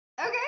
Okay